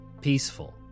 Peaceful